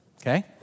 Okay